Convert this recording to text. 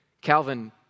Calvin